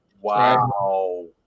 Wow